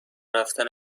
رفتن